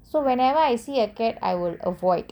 so whenever I see a cat I will avoid